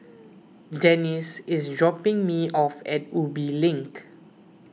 Denise is dropping me off at Ubi Link